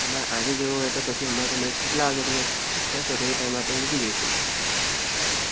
તમારે આજે જવું હોય તો પછી અમે તમને કેટલા વાગ્યે તમે કહેશો તો એ ટાઇમે આપણે નીકળી જઇશું